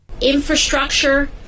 Infrastructure